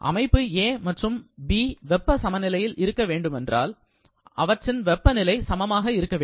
அமைப்பு A மற்றும் B பப்ப சமநிலையில் இருக்க வேண்டுமானால் அவற்றின் வெப்பநிலை சமமாக இருக்க வேண்டும்